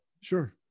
sure